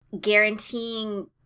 guaranteeing